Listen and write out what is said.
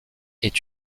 est